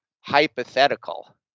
hypothetical